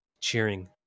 cheering